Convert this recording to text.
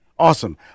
Awesome